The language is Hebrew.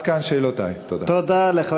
תודה.